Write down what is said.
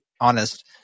honest